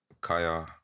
Kaya